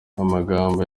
amagambo